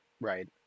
Right